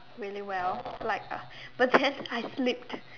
really well like uh but then I slipped